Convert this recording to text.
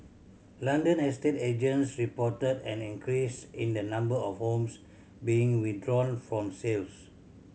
London estate agents reported an increase in the number of homes being withdrawn from sales